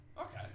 Okay